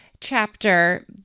chapter